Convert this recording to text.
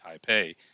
Taipei